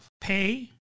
Pay